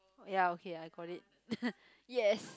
ya okay I got it yes